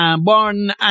Born